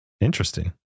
Interesting